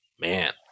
man